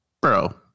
bro